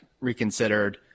reconsidered